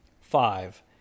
Five